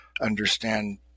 understand